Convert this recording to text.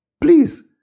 Please